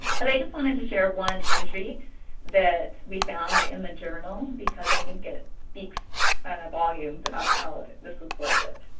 but i just wanted to share one entry that we found in the journal, because i think it speaks ah volumes about how this was worth it.